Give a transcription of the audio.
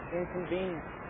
inconvenience